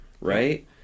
Right